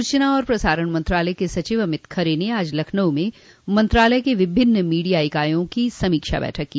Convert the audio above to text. सूचना एवं प्रसारण मंत्रालय के सचिव अमित खरे ने आज लखनऊ में दूरदर्शन मंत्रालय के विभिन्न मीडिया इकाईयों की समीक्षा बैठक की